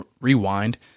rewind